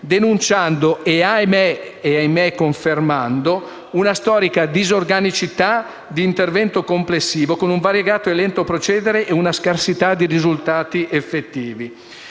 denunciando - e ahimè confermando - una storica disorganicità di intervento complessivo, con un variegato e lento procedere e una scarsità di risultati effettivi.